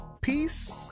peace